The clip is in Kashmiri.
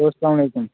ہیٚلو سلام علیکُم